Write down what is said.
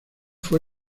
fue